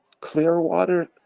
clearwater